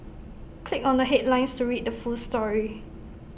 click on the headlines to read the full story